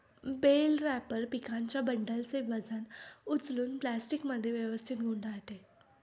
bell wrapper पिकांच्या बंडलचे वजन उचलून प्लास्टिकमध्ये व्यवस्थित गुंडाळते